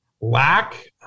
Lack